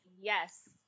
Yes